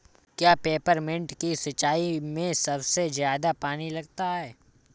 क्या पेपरमिंट की सिंचाई में सबसे ज्यादा पानी लगता है?